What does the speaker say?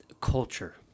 culture